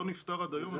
זה לא נפתר עד היום.